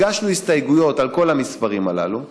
הגשנו הסתייגויות על המספרים הללו,